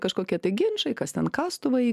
kažkokie tai ginčai kas ten kastuvai